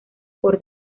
por